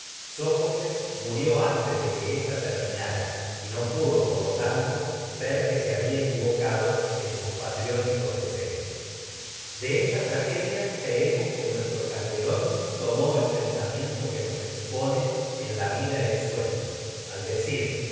antes sófocles de que ésta se terminara y no pudo por lo tanto ver que había equivocado en sus patrióticos deseos de esta tomó el tragedia creemos que que nos nuestro calderón en pensamiento al decir expone mayor la vida es sueño haber el delito